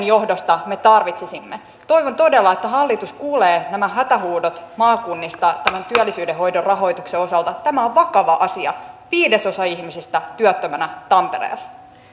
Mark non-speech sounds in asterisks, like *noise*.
*unintelligible* johdosta tarvitsisimme toivon todella että hallitus kuulee nämä hätähuudot maakunnista tämän työllisyyden hoidon rahoituksen osalta tämä on vakava asia viidesosa ihmisistä työttömänä tampereella